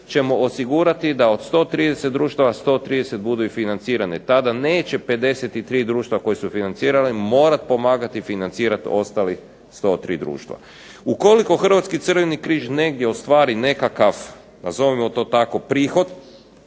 ćemo osigurati da od 130 društava 130 budu i financirane. Tada neće 53 društva koji su financirale morati pomagati financirati ostalih 103 društva. Ukoliko Hrvatski Crveni križ negdje ostvari nekakav, nazovimo to tako, prihod,